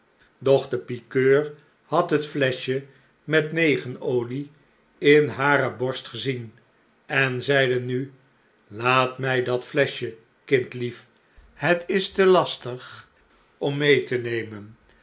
de pikeur had het fleschje metnegenolie in hare borst gezien en zeide nu laat mij dat fleschje kindlief het is te lastig om mee te nemen